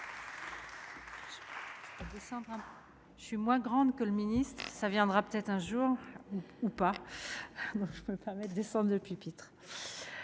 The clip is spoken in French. Je suis moins grande que le ministre ça viendra peut-être un jour ou pas, je peux me permettre de de pupitre,